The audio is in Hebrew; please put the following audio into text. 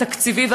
התקציבי?